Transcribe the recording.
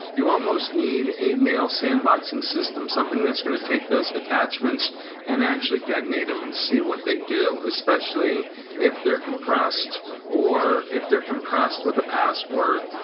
you almost need a mail sandboxing system, something that's going to take those attachments and actually detonate them and see what they do, especially if they're compressed if they're compressed with a password.